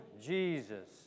Jesus